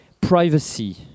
privacy